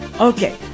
Okay